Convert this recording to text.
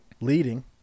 leading